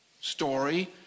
story